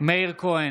מאיר כהן,